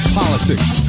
politics